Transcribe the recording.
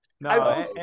No